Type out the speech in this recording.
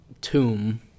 tomb